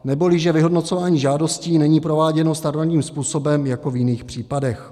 Neboli že vyhodnocování žádostí není prováděno standardním způsobem jako v jiných případech.